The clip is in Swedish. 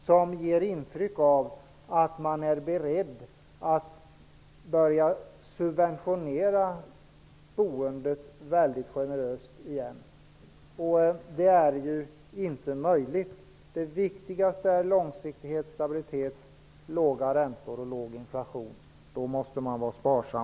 Det ger intryck av att man är beredd att börja subventionera boendet väldigt generöst igen, och det är inte möjligt. Det viktigaste är långsiktighet, stabilitet, låga räntor och låg inflation. Då måste man vara sparsam.